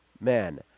men